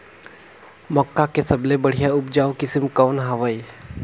मक्का के सबले बढ़िया उपजाऊ किसम कौन हवय?